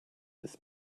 this